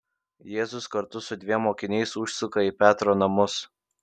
jėzus kartu su dviem mokiniais užsuka į petro namus